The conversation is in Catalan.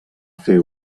fer